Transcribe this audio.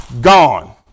gone